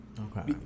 Okay